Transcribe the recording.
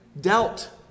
dealt